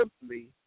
simply